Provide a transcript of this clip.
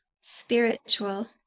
spiritual